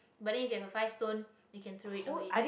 but then if you have a five stone you can throw it away